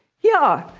yeah,